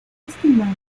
estimado